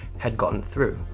had gotten through.